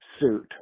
suit